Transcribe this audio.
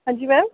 हां जी मैम